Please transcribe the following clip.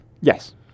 Yes